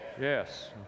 Yes